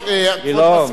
כבוד מזכירת הכנסת.